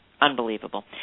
unbelievable